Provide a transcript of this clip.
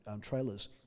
trailers